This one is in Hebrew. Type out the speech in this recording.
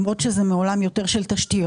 למרות שזה מעולם של תשתיות,